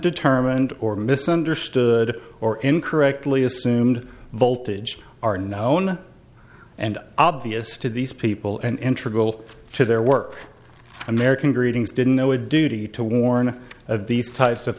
determined or misunderstood or incorrectly assumed voltage are known and obvious to these people and to their work american greetings didn't know a duty to warn of these types of